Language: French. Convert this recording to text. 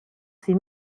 ses